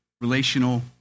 relational